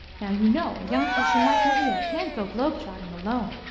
now, you know a young person like maria can't go globetrotting alone.